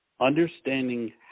understanding